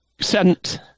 sent